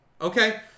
Okay